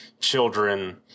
children